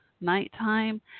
nighttime